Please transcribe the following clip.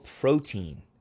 protein